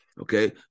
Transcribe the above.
Okay